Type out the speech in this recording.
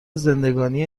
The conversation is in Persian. زندگانی